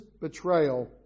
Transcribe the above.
betrayal